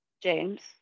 James